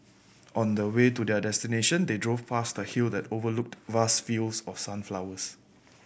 on the way to their destination they drove past a hill that overlooked vast fields of sunflowers